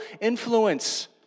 influence